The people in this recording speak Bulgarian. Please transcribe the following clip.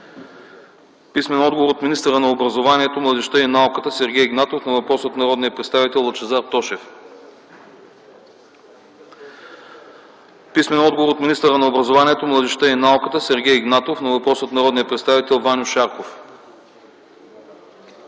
писмен отговор от министъра на образованието, младежта и науката Сергей Игнатов на въпрос от народния представител Лъчезар Тошев; - писмен отговор от министъра на образованието, младежта и науката Сергей Игнатов на въпрос от народния представител Ваньо Шарков;